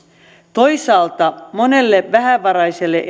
toisaalta monelle vähävaraiselle